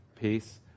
peace